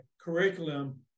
curriculum